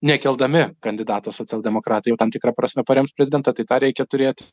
nekeldami kandidato socialdemokratai jau tam tikra prasme parems prezidentą tai tą reikia turėt